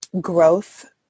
growth